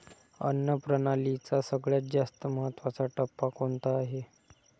अन्न प्रणालीचा सगळ्यात जास्त महत्वाचा टप्पा कोणता आहे?